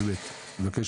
אני מבקש